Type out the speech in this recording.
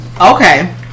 Okay